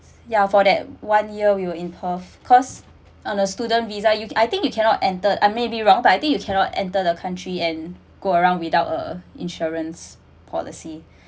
ya for that one year we were in perth cause on a student visa you I think you cannot enter I may be wrong but I think you cannot enter the country and go around without a insurance policy